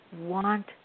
want